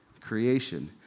creation